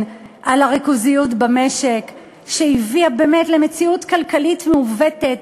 על הריכוזיות במשק שהביאה באמת למציאות כלכלית מעוּותת,